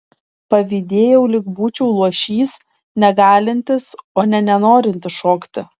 pavydėjau lyg būčiau luošys negalintis o ne nenorintis šokti